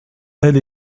elle